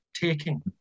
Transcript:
taking